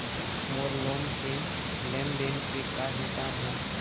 मोर loan के लेन देन के का हिसाब हे?